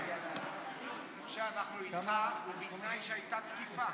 משה, אנחנו איתך, ובתנאי שהייתה תקיפה.